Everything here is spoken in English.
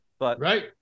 Right